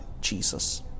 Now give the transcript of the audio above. Jesus